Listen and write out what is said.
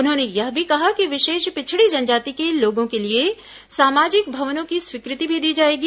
उन्होंने यह भी कहा कि विशेष पिछड़ी जनजाति के लोगों के लिए सामाजिक भवनों की स्वीकृति भी दी जाएगी